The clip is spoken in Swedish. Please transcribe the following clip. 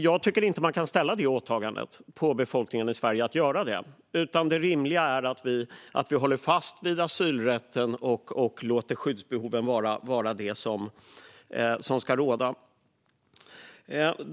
Jag tycker inte att man kan lägga det åtagandet på befolkningen i Sverige, utan det rimliga är att vi håller fast vid asylrätten och låter skyddsbehoven vara det som ska råda.